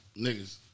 niggas